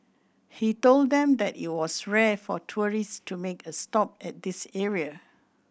he told them that it was rare for tourists to make a stop at this area